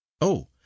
Oh